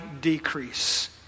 decrease